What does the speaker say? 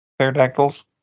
pterodactyls